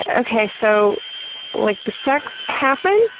ah okay, so like the sex happened,